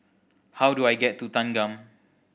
how do I get to Thanggam